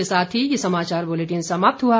इसी के साथ ये समाचार बुलेटिन समाप्त हुआ